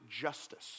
justice